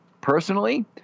personally